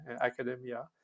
academia